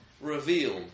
revealed